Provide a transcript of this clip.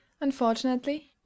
unfortunately